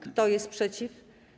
Kto jest przeciw?